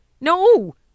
No